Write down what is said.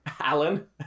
Alan